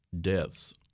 deaths